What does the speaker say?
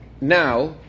now